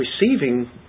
receiving